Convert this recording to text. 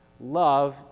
love